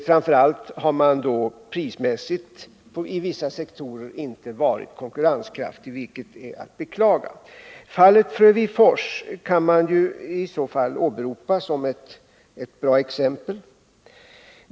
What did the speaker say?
Framför allt har man i vissa sektorer prismässigt inte varit konkurrenskraftig, vilket är att beklaga. Fallet Frövifors kan här åberopas som ett bra exempel.